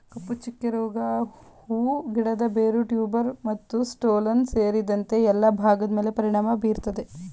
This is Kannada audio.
ಕಪ್ಪುಚುಕ್ಕೆ ರೋಗ ಹೂ ಗಿಡದ ಬೇರು ಟ್ಯೂಬರ್ ಮತ್ತುಸ್ಟೋಲನ್ ಸೇರಿದಂತೆ ಎಲ್ಲಾ ಭಾಗದ್ಮೇಲೆ ಪರಿಣಾಮ ಬೀರ್ತದೆ